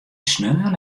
sneon